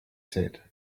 said